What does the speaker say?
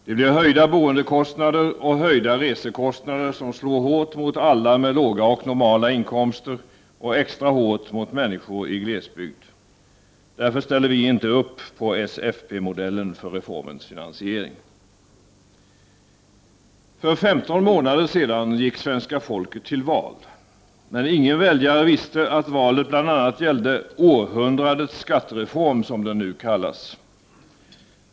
Det blir höjda boendekostnader och höjda resekostnader, vilket slår hårt mot alla som har låga och normala inkomster och extra hårt mot människor i glesbygd. Därför ställer vi inte upp på socialdemokraternas och folkpartiets modell för reformens finansiering. För 15 månader sedan gick svenska folket till val. Men ingen väljare visste att valet bl.a. gällde århundradets skattereform, som den här reformen kallas.